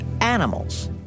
Animals